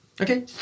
Okay